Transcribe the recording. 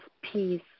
peace